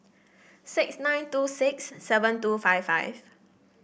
six nine two six seven two five five